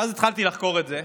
ואז התחלתי לחקור את זה,